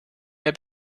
mehr